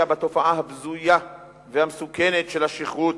בתופעה הבזויה והמסוכנת של השכרות.